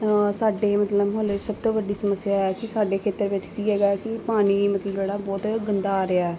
ਸਾਡੇ ਮਤਲਬ ਮੁਹੱਲੇ ਚ ਸਭ ਤੋਂ ਵੱਡੀ ਸਮੱਸਿਆ ਹੈ ਕਿ ਸਾਡੇ ਖੇਤਰ ਵਿੱਚ ਕੀ ਹੈਗਾ ਕਿ ਪਾਣੀ ਮਤਲਬ ਜਿਹੜਾ ਬਹੁਤ ਗੰਦਾ ਆ ਰਿਹਾ